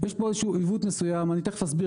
יש פה איזה שהוא עיוות מסוים ותכף אסביר